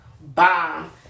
bomb